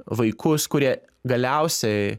vaikus kurie galiausiai